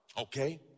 okay